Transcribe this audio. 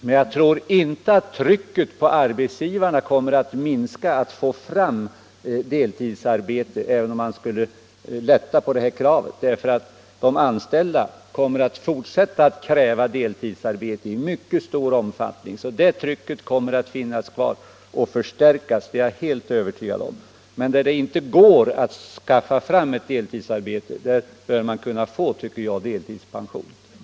Men jag tror inte att trycket på arbetsgivarna när det gäller att skaffa deltidsarbeten kommer att minska, om detta krav bifalles. De anställda kommer att fortsätta att kräva deltidsarbete i mycket stor omfattning. Jag är därför helt övertygad om att det kravet kommer att kvarstå och förstärkas. Men i de fall där det inte går att skaffa fram ett deltidsarbete bör det vara möjligt att få deltidspension.